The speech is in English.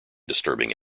disturbing